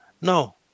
No